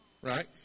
Right